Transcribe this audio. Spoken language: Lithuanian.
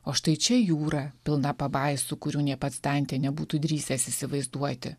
o štai čia jūra pilna pabaisų kurių nė pats dantė nebūtų drįsęs įsivaizduoti